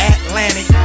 Atlantic